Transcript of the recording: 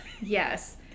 Yes